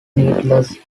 needless